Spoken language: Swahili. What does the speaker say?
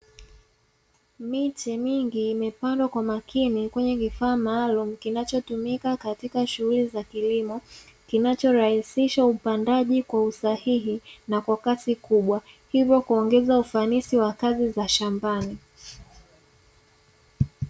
Miche mingi imepandwa kwa makini kwenye kifaa maalumu kinachotumika katika shughuli za kilimo, kinachorahisisha upandaji kwa usahihi na kwa kasi kubwa, hivyo kuongeza ufanisi wa kazi za shambani.